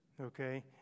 okay